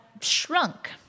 shrunk